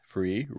Free